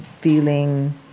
feeling